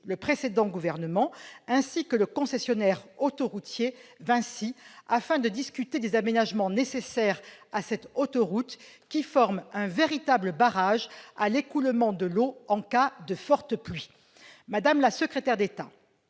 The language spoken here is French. le précédent gouvernement, ainsi que le concessionnaire autoroutier, Vinci, afin de discuter des aménagements qu'il faudrait apporter à cette autoroute, qui forme un véritable barrage à l'écoulement de l'eau en cas de fortes pluies. Madame la secrétaire d'État,